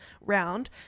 round